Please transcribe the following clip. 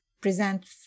present